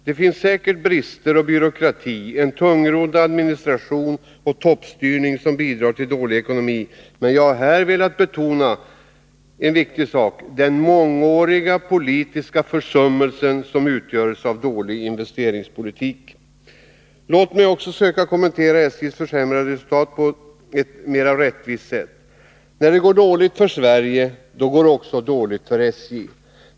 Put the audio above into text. Det finns säkert brister och byråkrati, en tungrodd administrätion och toppstyrning som bidrar till dålig ekonomi, men jag har här velat betona den mångåriga politiska försummelse som utgörs av en dålig investeringspolitik. Låt mig också söka kommentera SJ:s försämrade resultat på ett mer rättvist sätt. När det går dåligt för Sverige, då går det dåligt också för SJ.